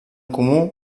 comú